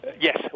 Yes